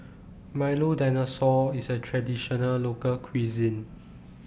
Milo Dinosaur IS A Traditional Local Cuisine